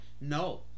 No